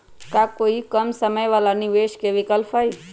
का कोई कम समय वाला निवेस के विकल्प हई?